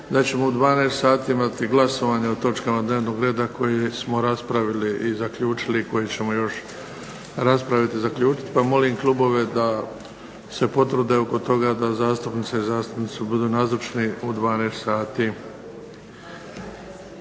da ćemo u 12 sati imati glasovanje o točkama dnevnog reda koje smo raspravili i zaključili i koje ćemo još raspraviti i zaključiti pa molim klubove da se potrude oko toga da zastupnice i zastupnici budu nazočni u 12 sati.